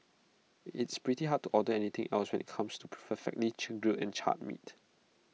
it's pretty hard to order anything else when IT comes to perfectly grilled and charred meats